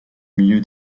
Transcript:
milieu